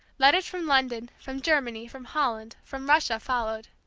letters from london, from germany, from holland, from russia, followed.